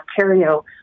Ontario